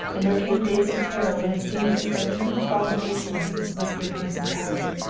and there came days of terror when it seemed as though even the fallen masonry must be reduced to powder.